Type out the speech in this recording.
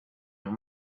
your